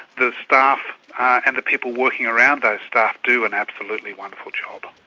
the staff and the people working around those staff, do an absolutely wonderful job.